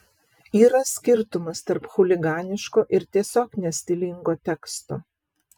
yra skirtumas tarp chuliganiško ir tiesiog nestilingo teksto